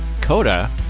Coda